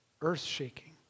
earth-shaking